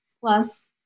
plus